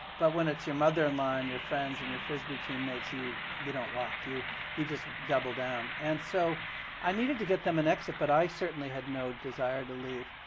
but when it's your mother-in-law, and your friends, and your frisbee teammates, you you don't walk. you you just double down. and so i needed to get them an exit, but i certainly had no desire to leave.